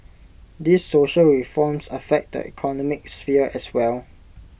these social reforms affect the economic sphere as well